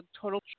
total